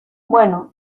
bueno